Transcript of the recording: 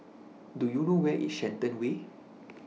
Do YOU know Where IS Shenton Way